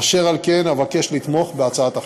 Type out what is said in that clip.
אשר על כן, אבקש לתמוך בהצעת החוק.